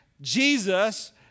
Jesus